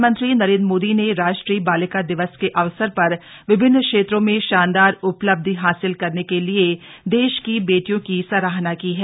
प्रधानमंत्री नरेन्द्र मोदी ने राष्ट्रीय बालिका दिवस के अवसर पर विभिन्न क्षेत्रों में शानदार उपलब्धि हासिल करने के लिए देश की बेटियों की सराहना की है